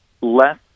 less